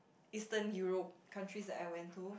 eastern Europe countries that I went to